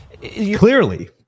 Clearly